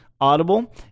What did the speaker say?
Audible